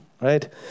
right